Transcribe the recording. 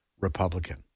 Republican